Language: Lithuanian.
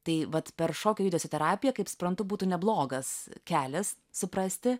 tai vat per šokio judesio terapiją kaip suprantu būtų neblogas kelias suprasti